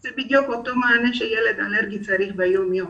הוא בדיוק אותו מענה שילד אלרגי צריך ביום יום.